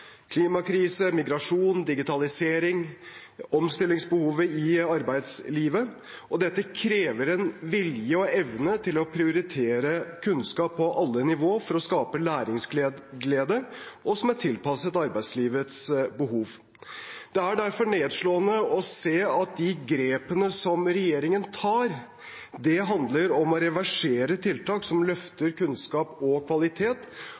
klimakrise, migrasjon, digitalisering, omstillingsbehovet i arbeidslivet. Dette krever vilje og evne til å prioritere kunnskap på alle nivåer for å skape læringsglede, og som er tilpasset arbeidslivets behov. Det er derfor nedslående å se at de grepene som regjeringen tar, handler om å reversere tiltak som løfter kunnskap og kvalitet,